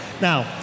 Now